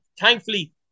Thankfully